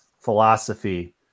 philosophy